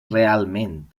realment